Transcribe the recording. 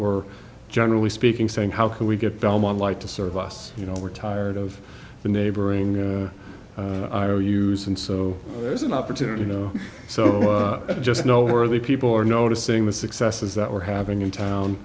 were generally speaking saying how can we get delmon like to serve us you know we're tired of the neighboring use and so there's an opportunity you know so i just know where the people are noticing the successes that we're having in